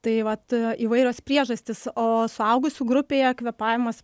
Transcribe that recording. tai vat įvairios priežastys o suaugusių grupėje kvėpavimas